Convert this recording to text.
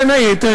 בין היתר,